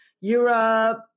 Europe